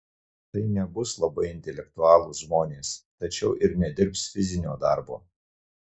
tai nebus labai intelektualūs žmonės tačiau ir nedirbs fizinio darbo